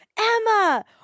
Emma –